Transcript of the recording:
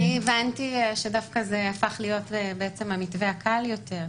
אני הבנתי שזה דווקא הפך להיות המתווה הקל יותר,